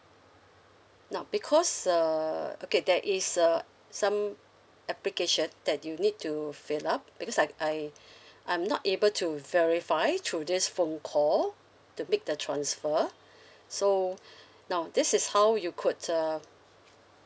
now because err okay there is uh some application that you need to fill up because I I I'm not able to verify through this phone call to make the transfer so now this is how you could uh